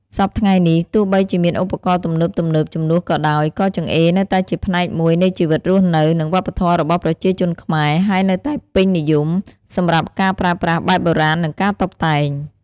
សព្វថ្ងៃនេះ ទោះបីជាមានឧបករណ៍ទំនើបៗជំនួសក៏ដោយ ក៏ចង្អេរនៅតែជាផ្នែកមួយនៃជីវិតរស់នៅ និងវប្បធម៌របស់ប្រជាជនខ្មែរ ហើយនៅតែពេញនិយមសម្រាប់ការប្រើប្រាស់បែបបុរាណ និងការតុបតែង។